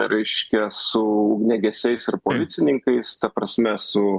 reiškia su ugniagesiais ir policininkais ta prasme su